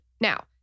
Now